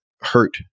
hurt